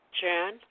Jan